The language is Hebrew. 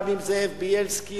גם אם זאב בילסקי,